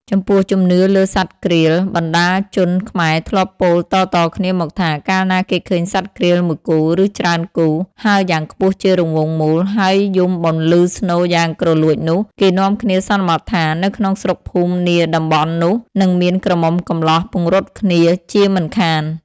ចំពោះ ជំនឿលើសត្វក្រៀល បណ្ដាជនខ្មែរធ្លាប់ពោលតៗគ្នាមកថា កាលណាគេឃើញសត្វក្រៀលមួយគូ ឬច្រើនគូ ហើរយ៉ាងខ្ពស់ជារង្វង់មូល ហើយយំបន្លឺស្នូរយ៉ាងគ្រលួចនោះ គេនាំគ្នាសន្មតថា នៅក្នុងស្រុកភូមិនាតំបន់នោះ និងមានក្រមុំកំលោះពង្រត់គ្នាជាមិនខាន។